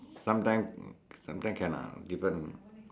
sometime sometime can ah different